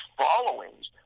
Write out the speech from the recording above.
followings